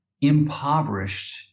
impoverished